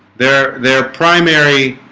there their primary